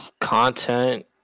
content